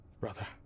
brother